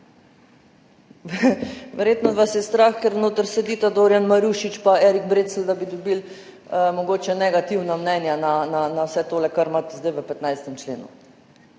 Verjetno vas je strah, ker notri sedita Dorijan Marušič pa Erik Brecelj, da bi mogoče dobili negativna mnenja na vse tole, kar imate zdaj v 15. členu.